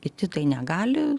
kiti kai negali